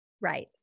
Right